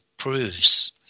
Proves